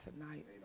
tonight